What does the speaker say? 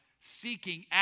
Seeking